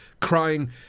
crying